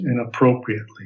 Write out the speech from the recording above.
inappropriately